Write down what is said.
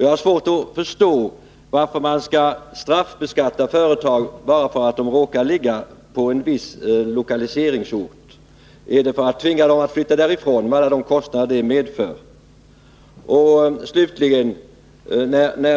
Jag har svårt att förstå varför man skall straffbeskatta företag bara för att de råkar ligga på en viss lokaliseringsort. Är det för att tvinga dem till att flytta därifrån, med alla de kostnader det medför?